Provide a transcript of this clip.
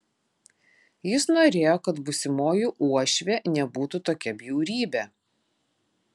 jis norėjo kad būsimoji uošvė nebūtų tokia bjaurybė